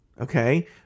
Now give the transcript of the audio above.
okay